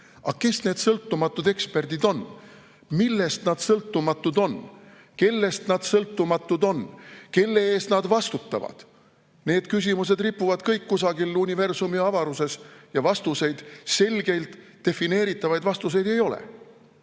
Aga kes need sõltumatud eksperdid on? Millest nad sõltumatud on? Kellest nad sõltumatud on? Kelle eest nad vastutavad? Need küsimused ripuvad kõik kusagil universumi avaruses ja vastuseid, selgelt defineeritavaid vastuseid ei ole.